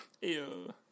Ew